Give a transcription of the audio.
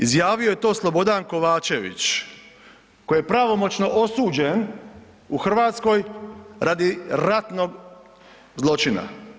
Izjavio je to Slobodan Kovačević koji je pravomoćno osuđen u Hrvatskoj radi ratnog zločina.